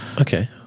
Okay